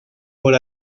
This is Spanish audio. por